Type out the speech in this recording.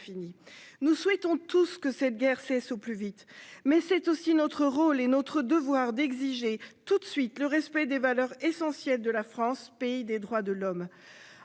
Nous souhaitons tous que cette guerre cesse au plus vite, mais c'est aussi notre rôle et notre devoir d'exiger tout de suite le respect des valeurs essentielles de la France, pays des droits de l'homme.